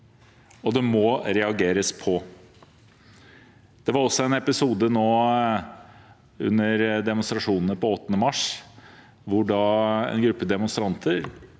og det må reageres på. Det var også en episode under demonstrasjonene 8. mars, hvor en gruppe demonstranter,